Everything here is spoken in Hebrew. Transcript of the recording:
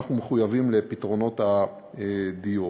ואנחנו מחויבים לפתרונות הדיור.